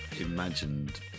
imagined